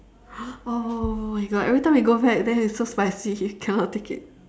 oh my god every time we go back there it's so spicy cannot take it